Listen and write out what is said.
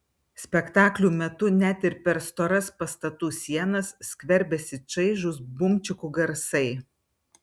spektaklių metu net ir per storas pastatų sienas skverbiasi čaižūs bumčikų garsai